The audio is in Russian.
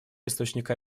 источника